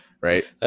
right